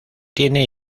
tiene